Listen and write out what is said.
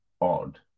odd